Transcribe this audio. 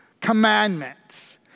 commandments